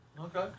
Okay